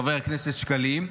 חבר הכנסת שקלים,